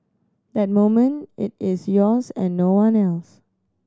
that moment it is yours and no one else